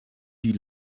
die